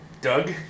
Doug